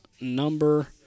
number